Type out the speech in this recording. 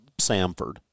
Samford